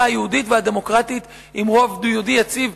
היהודית והדמוקרטית עם רוב יהודי יציב.